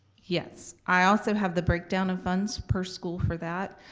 yes, i also have the breakdown of funds per school for that.